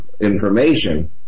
information